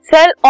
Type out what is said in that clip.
Cell